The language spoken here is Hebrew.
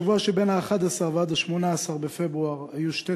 בשבוע שבין 11 ל-18 בפברואר היו שתי